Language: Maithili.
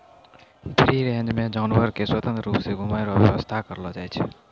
फ्री रेंज मे जानवर के स्वतंत्र रुप से घुमै रो व्याबस्था करलो जाय छै